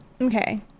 Okay